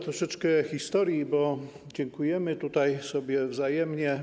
Troszeczkę historii, bo dziękujemy tutaj sobie wzajemnie.